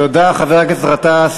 תודה, חבר הכנסת גטאס.